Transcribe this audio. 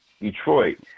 Detroit